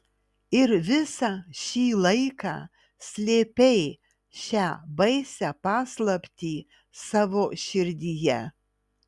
ir visą šį laiką slėpei šią baisią paslaptį savo širdyje